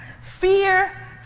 Fear